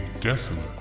desolate